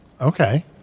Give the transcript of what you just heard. Okay